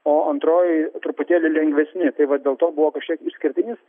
o antroj truputėlį lengvesni tai vat dėl to buvo kažkiek išskirtinis